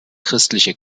christliche